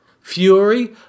Fury